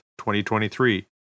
2023